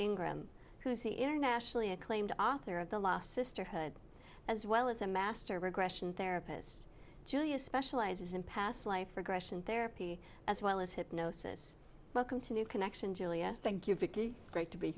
ingram who's the internationally acclaimed author of the lost sisterhood as well as a master of regression therapist julia specializes in past life regression therapy as well as hypnosis welcome to new connection julia thank you vickie great to be